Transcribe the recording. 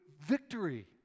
victory